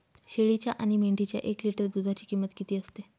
शेळीच्या आणि मेंढीच्या एक लिटर दूधाची किंमत किती असते?